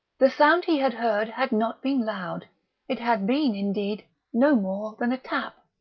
the sound he had heard had not been loud it had been, indeed, no more than a tap,